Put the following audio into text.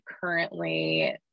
currently